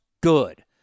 good